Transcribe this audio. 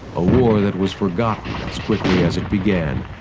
a war that was forgotten as quickly as it began.